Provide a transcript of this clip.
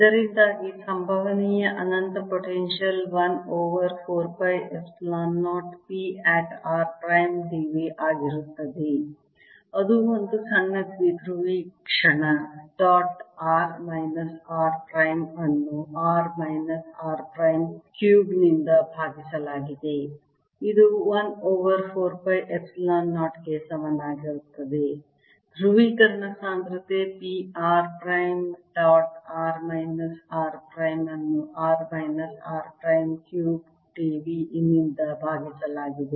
ಇದರಿಂದಾಗಿ ಸಂಭವನೀಯ ಅನಂತ potential 1 over 4 pi epsilon 0 P at r prime d v ಆಗಿರುತ್ತದೆ ಅದು ಒಂದು ಸಣ್ಣ ದ್ವಿಧ್ರುವಿ ಕ್ಷಣ dot r minus r prime ಅನ್ನು r minus r prime cube ನಿಂದ ಭಾಗಿಸಲಾಗಿದೆ ಇದು 1 ಓವರ್ 4 ಪೈ ಎಪ್ಸಿಲಾನ್ 0 ಗೆ ಸಮನಾಗಿರುತ್ತದೆ ಧ್ರುವೀಕರಣ ಸಾಂದ್ರತೆ p r prime dot r minus r prime ಅನ್ನು r minus r prime cube d v ನಿಂದ ಭಾಗಿಸಲಾಗಿದೆ